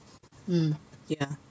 mm ya